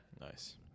nice